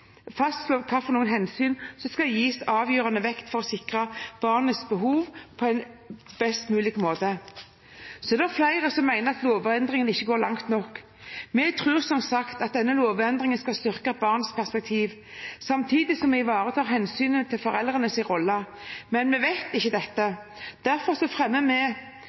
fastslå hvilke hensyn som skal gis avgjørende vekt for å sikre barnets behov på en best mulig måte. Det er flere som mener at lovendringene ikke går langt nok. Vi tror som sagt at denne lovendringen skal styrke barns perspektiv samtidig som vi ivaretar hensynet til foreldrenes rolle. Men vi vet ikke dette. Derfor fremmer